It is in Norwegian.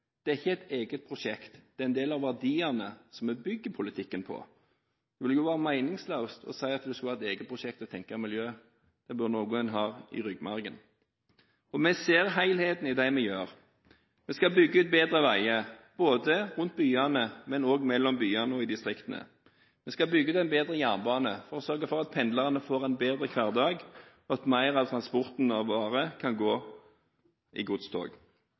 Det er ikke et eget prosjekt, det er en del av verdiene som vi bygger politikken på. Det ville jo være meningsløst å si at det skulle være et eget prosjekt å tenke miljø. Det bør være noe en har i ryggmargen. Vi ser helheten i det vi gjør: Vi skal bygge ut bedre veier rundt byene, men også mellom byene og i distriktene. Vi skal bygge ut en bedre jernbane for å sørge for at pendlerne får en bedre hverdag, og at mer av transporten av varer kan gå i godstog.